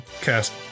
cast